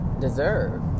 deserve